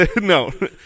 No